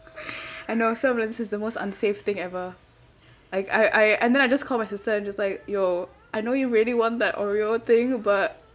I know this is the most unsafe thing ever like I I and then I just called my sister and just like yo I know you really want that oreo thing but